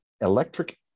electric